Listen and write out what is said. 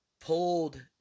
pulled